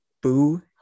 Boo